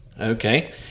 okay